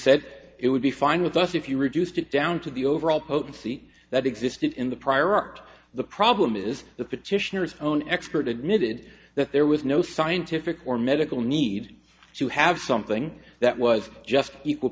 said it would be fine with us if you reduced it down to the overall potency that existed in the prior art the problem is the petitioners own expert admitted that there was no scientific or medical need to have something that was just equal